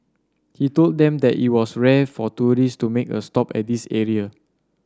he told them that it was rare for tourists to make a stop at this area